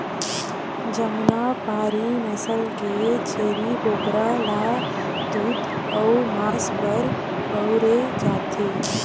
जमुनापारी नसल के छेरी बोकरा ल दूद अउ मांस बर बउरे जाथे